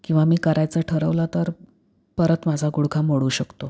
किंवा मी करायचं ठरवलं तर परत माझा गुडघा मोडू शकतो